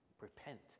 repent